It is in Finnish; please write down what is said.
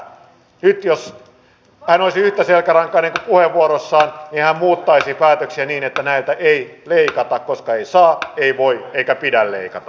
nyt jos hän olisi yhtä selkärankainen kuin puheenvuorossaan niin hän muuttaisi päätöksiä niin että näiltä ei leikata koska ei saa ei voi eikä pidä leikata